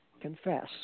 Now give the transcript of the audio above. confess